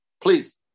Please